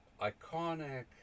iconic